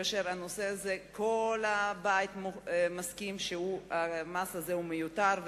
כאשר כל הבית מסכים שהמס הזה מיותר,